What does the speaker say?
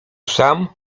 sam